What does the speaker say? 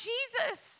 Jesus